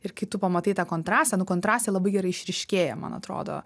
ir kai tu pamatai tą kontrastą nu kontrastai labai gerai išryškėja man atrodo